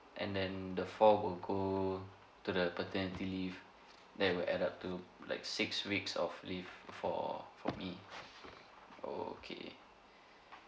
and then the four will go to the paternity leave that will add up to like six weeks of leave for for me okay